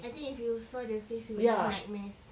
I think if you saw the face you would have nightmares